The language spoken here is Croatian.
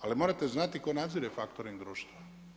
Ali morate znati tko nadzire faktoring društva.